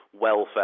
welfare